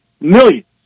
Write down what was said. Millions